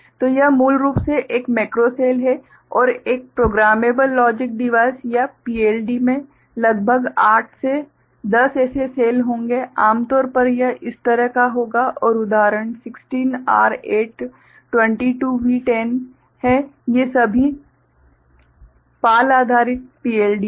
तो यह मूल रूप से एक मैक्रो सेल है और एक प्रोग्रामेबल लॉजिक डिवाइस या PLD में लगभग 8 से 10 ऐसे सेल होंगे आमतौर पर यह इस तरह का होगा और उदाहरण 16R8 22V10 हैं ये सभी PAL आधारित PLD हैं